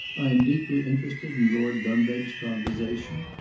i am deeply interested in lord dunbeg's conversation.